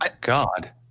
God